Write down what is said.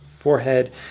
forehead